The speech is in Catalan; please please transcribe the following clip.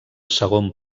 segon